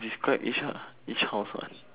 describe each ah each horse what